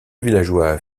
villageois